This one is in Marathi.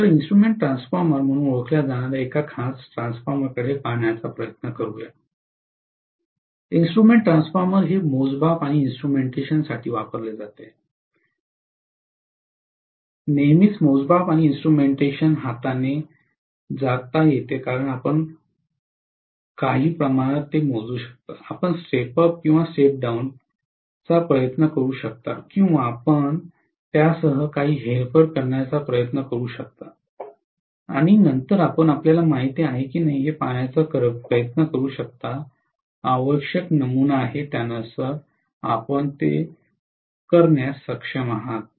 तर इन्स्ट्रुमेंट ट्रान्सफॉर्मर म्हणून ओळखल्या जाणार्या एका खास ट्रान्सफॉर्मरकडे पाहण्याचा प्रयत्न करूया इंस्ट्रूमेंट ट्रान्सफॉर्मर हे मोजमाप आणि इन्स्ट्रुमेंटेशनसाठी वापरले जात आहे यावरून येते नेहमीच मोजमाप आणि इन्स्ट्रुमेंटेशन हाताने जाता येते कारण आपण आपण काही प्रमाणात मोजू शकता आपण स्टेप उप किंवा स्टेप डाउन प्रयत्न करू शकता किंवा आपण त्यासह काही हेरफेर करण्याचा प्रयत्न करू शकता आणि नंतर आपण आपल्याला माहित आहे की नाही हे पाहण्याचा प्रयत्न करू शकता आवश्यक नमुना आहे त्यानुसार आपण सक्षम आहात